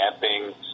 camping